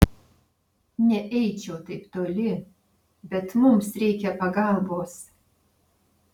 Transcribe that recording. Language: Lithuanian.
neeičiau taip toli bet mums reikia pagalbos